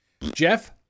Jeff